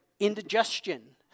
indigestion